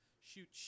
shoot